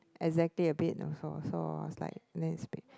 exactly a bit also so I was like